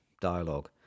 dialogue